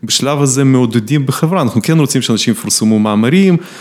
בשלב הזה מעודדים בחברה, אנחנו כן רוצים שאנשים יפרסמו מאמרים.